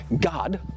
God